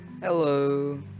Hello